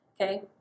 okay